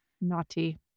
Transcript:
Naughty